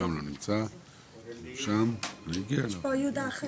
יש פה גם נושא של הנראות של המרב"ד או התחושה שהאזרח מקבל כשהוא